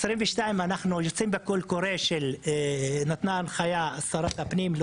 ב-22 אנחנו יוצאים בקול קורא ששרת הפנים נתנה הנחיה להוציא,